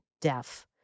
deaf